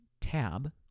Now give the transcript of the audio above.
tab